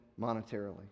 monetarily